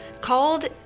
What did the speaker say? called